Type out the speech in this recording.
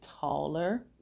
taller